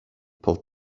pulled